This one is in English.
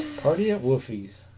party at wolfies